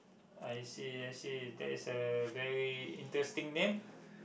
I see I see that is a very interesting name